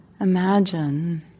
imagine